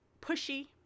pushy